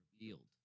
revealed